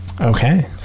Okay